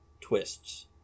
twists